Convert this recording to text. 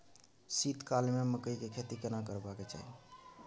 शीत काल में मकई के खेती केना करबा के चाही?